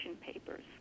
papers